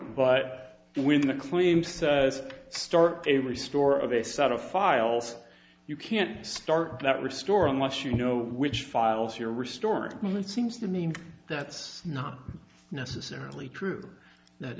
but when the claim says start every store of a set of files you can't start that restore unless you know which files your restore movement seems to me that's not necessarily true that